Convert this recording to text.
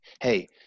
hey